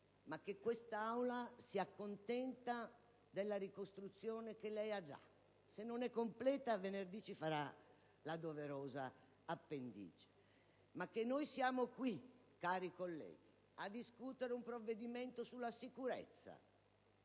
che questa Aula si accontenti della ricostruzione che lei già ha: se non è completa, venerdì ci fornirà la doverosa appendice. Infatti, essere qui, cari colleghi, a discutere un provvedimento sulla sicurezza,